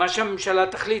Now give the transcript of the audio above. מה שהממשלה תחליט,